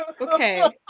okay